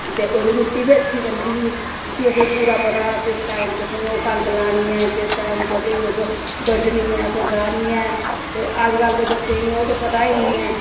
ते ओह्दी रुट्टी बी अच्छी बनदी ही उसी अहें पूरा पता हा केस टाइम च असें ओह् कनक लानी ऐ केस टाइम च असेंई उस बड्ढनी ऐ फिर गाह्नी ऐ ते अज्जकल दे बच्चें ई ओह् ते पता नेईं ऐ